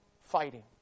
fighting